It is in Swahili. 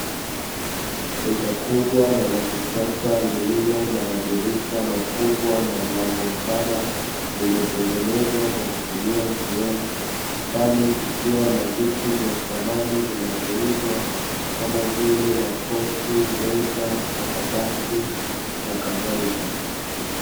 Duka kubwa na lakisas lilo na madirisha mapana ndani kukiwa na vitu vya dhamani vinavyouzwa kama vile makochi makabati nakadhalika